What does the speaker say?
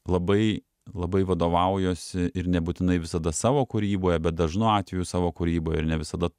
labai labai vadovaujuosi ir nebūtinai visada savo kūryboje bet dažnu atveju savo kūryboj ir ne visada